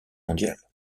mondiale